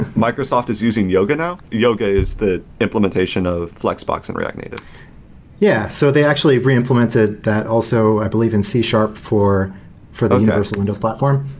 microsoft is using yoga now? yoga is the implementation of flexbox and react native yeah. so they actually re-implemented that also, i believe in c for for the universal windows platform.